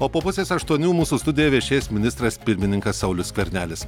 o po pusės aštuonių mūsų studijoj viešės ministras pirmininkas saulius skvernelis